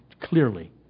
clearly